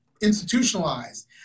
institutionalized